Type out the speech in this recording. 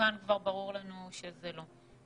ברור לנו כבר שזה לא מסוכן.